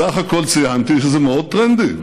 בסך הכול ציינתי שזה מאוד טרנדי.